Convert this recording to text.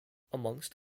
amongst